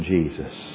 Jesus